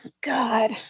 God